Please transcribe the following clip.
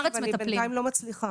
והערתי גם לזאת שדיברה קודם.